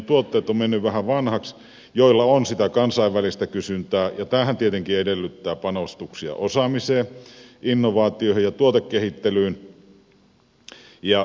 meidän tuotteemme joilla on sitä kansainvälistä kysyntää ovat menneet vähän vanhoiksi ja tämähän tietenkin edellyttää panostuksia osaamiseen innovaatioihin ja tuotekehittelyyn